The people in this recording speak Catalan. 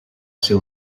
ser